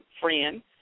friend